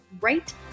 right